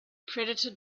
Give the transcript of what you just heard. predator